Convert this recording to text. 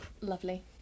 Lovely